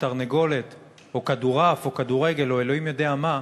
תרנגולת או כדורעף או כדורגל או אלוהים יודע מה,